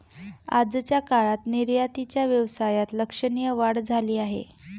आजच्या काळात निर्यातीच्या व्यवसायात लक्षणीय वाढ झाली आहे